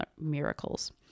miracles